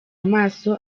amaso